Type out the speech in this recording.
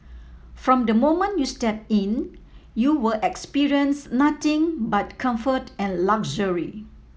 from the moment you step in you will experience nothing but comfort and luxury